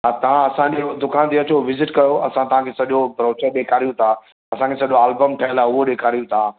हा तव्हां असांजी दुकान ते अचो विज़िट कयो असां तव्हांखे सॼो ब्रोचर ॾेखारियूं था असांखे सॼो एलबम ठहियलु आहे उहो ॾेखारियूं था